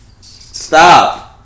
Stop